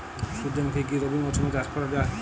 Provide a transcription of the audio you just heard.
সুর্যমুখী কি রবি মরশুমে চাষ করা যায়?